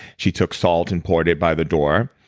she took salt and poured it by the door.